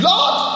Lord